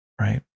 right